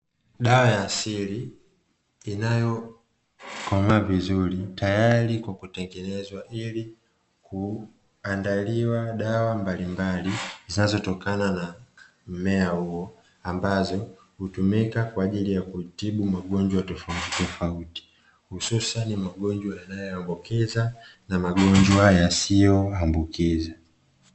Dawa ya asili inayokomaa vizuri, tayari kwa kutengenezwa ili kuandaliwa dawa mbalimbali zinazotokana na mmea huo, ambazo hutumika kwa ajili ya kutibu magonjwa tofautitofauti, hususani magonjwa yanayoambukiza na magonjwa yasiyoambukiza.